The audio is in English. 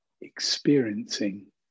experiencing